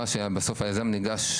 מה שבסוף היזם ניגש,